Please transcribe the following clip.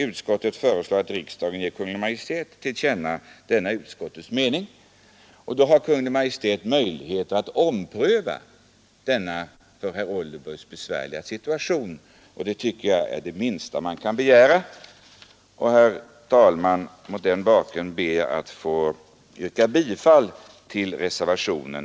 Utskottet föreslår att riksdagen ger Kungl. Maj:t till känna denna utskottets mening.” Då har Kungl. Maj:t möjlighet att ompröva den för herr Oldenburg besvärliga situationen, vilket jag tycker är det minsta man kan begära. Jag ber, herr talman, att få yrka bifall till reservationen.